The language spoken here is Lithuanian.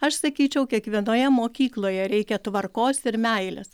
aš sakyčiau kiekvienoje mokykloje reikia tvarkos ir meilės